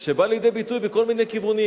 שבא לידי ביטוי בכל מיני כיוונים,